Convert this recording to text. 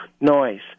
noise